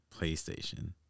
PlayStation